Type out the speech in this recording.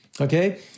Okay